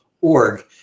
org